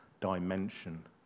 dimension